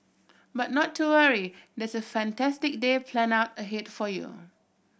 but not to worry there's a fantastic day planned out ahead for you